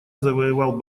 завоевал